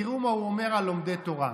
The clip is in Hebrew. תראו מה הוא אומר על לומדי תורה: